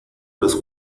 los